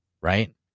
Right